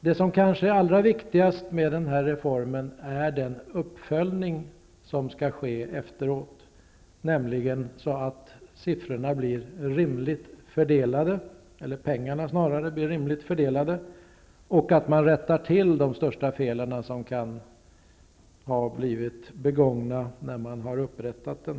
Det som kanske är det allra viktigaste med reformen är den uppföljning som skall ske efteråt, så att pengarna blir rimligt fördelade och så att de största felen som kan ha uppstått när propositionen skrevs kan bli tillrättalagda.